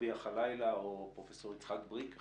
רביע ח'לאילה או את פרופ' יצחק בריק.